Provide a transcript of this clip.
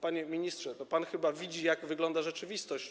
Panie ministrze, pan chyba widzi, jak wygląda rzeczywistość.